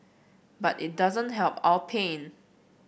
but it doesn't help our pain